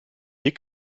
dick